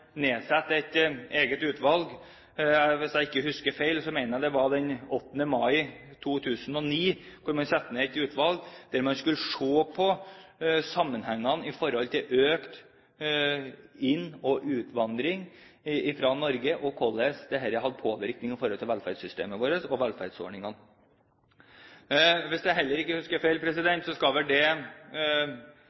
nedsatt et eget utvalg. Hvis jeg ikke husker feil, mener jeg det var den 8. mai 2009 vi satte ned et utvalg der man skulle se på sammenhengen i forhold til økt innvandring til og utvandring fra Norge, og hvorledes dette hadde påvirkning på velferdssystemet vårt og velferdsordningene våre. Hvis jeg videre heller ikke husker feil,